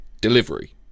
delivery